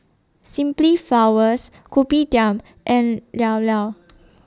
Simply Flowers Kopitiam and Llao Llao